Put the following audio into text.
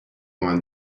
vingt